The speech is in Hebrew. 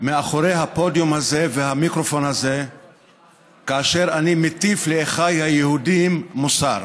מאחורי הפודיום הזה והמיקרופון הזה כאשר אני מטיף לאחיי היהודים מוסר.